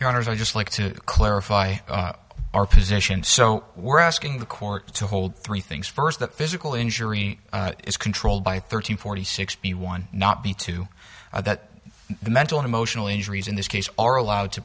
your honors i'd just like to clarify our position so we're asking the court to hold three things first that physical injury is controlled by thirty forty sixty one not be to the mental emotional injuries in this case are allowed to